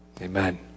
amen